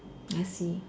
I see